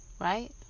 Right